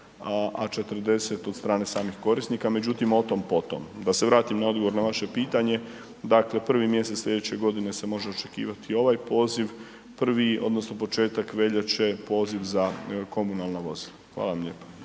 a 40 od strane samih korisnika, međutim o tom potom. Da se vratim na odgovor na vaše pitanje, dakle 1. mjesec slijedeće godine se može očekivati ovaj poziv, prvi odnosno početak veljače poziv za komunalna vozila. Hvala vam lijepo.